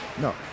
No